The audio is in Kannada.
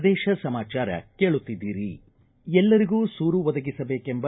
ಪ್ರದೇಶ ಸಮಾಚಾರ ಕೇಳುತ್ತಿದ್ದೀರಿ ಎಲ್ಲರಿಗೂ ಸೂರು ಒದಗಿಸಬೇಕೆಂಬ